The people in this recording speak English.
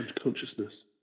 consciousness